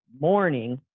morning